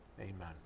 Amen